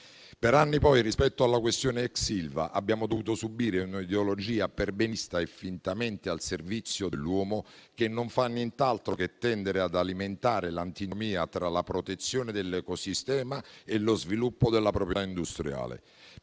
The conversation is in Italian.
Per anni poi, rispetto alla questione ex Ilva, abbiamo dovuto subire un'ideologia perbenista e fintamente al servizio dell'uomo, che non fa nient'altro che tendere ad alimentare l'antinomia tra la protezione dell'ecosistema e lo sviluppo della proprietà industriale.